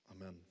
Amen